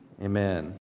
amen